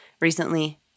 recently